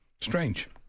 Strange